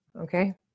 Okay